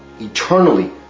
eternally